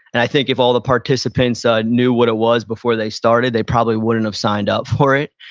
and i think if all the participants ah knew what it was before they started, they probably wouldn't have signed up for it.